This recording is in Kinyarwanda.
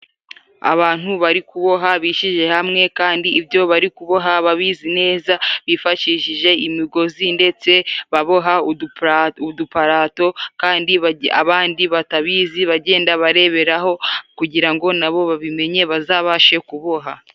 Abantu bari kuboha, bishyize hamwe kandi ibyo bari kuboha babizi neza. Bifashishije imigozi ndetse baboha uduparato kandi abandi batabizi bagenda bareberaho kugira ngo nabo babimenye bazabashe kuboha.